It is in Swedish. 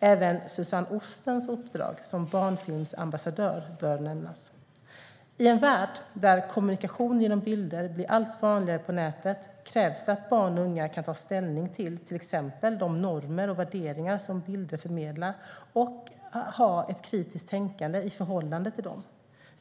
Även Suzanne Ostens uppdrag som barnfilmsambassadör bör nämnas. I en värld där kommunikation genom bilder blir allt vanligare på nätet krävs det att barn och unga kan ta ställning till exempelvis de normer och värderingar som bilder förmedlar och ha ett kritiskt tänkande i förhållande till dem.